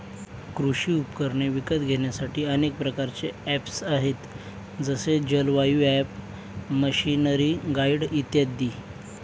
कृषी उपकरणे विकत घेण्यासाठी अनेक प्रकारचे ऍप्स आहेत जसे जलवायु ॲप, मशीनरीगाईड इत्यादी